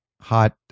hot